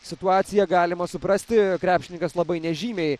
situaciją galima suprasti krepšininkas labai nežymiai